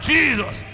Jesus